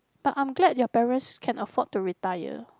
but I'm glad your parents can afford to retire